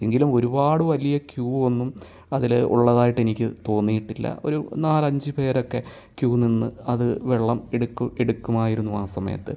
എങ്കിലും ഒരുപാട് വലിയ ക്യു ഒന്നും അതിൽ ഉള്ളതായിട്ട് എനിക്ക് തോന്നിയിട്ടില്ല ഒരു നാല് അഞ്ച് പേരൊക്കെ ക്യു നിന്ന് അത് വെള്ളം എടുക്കു എടുക്കുമായിരുന്നു ആ സമയത്ത്